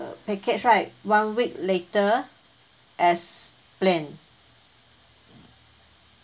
uh package right one week later as planned